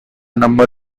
number